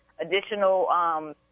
additional